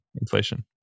inflation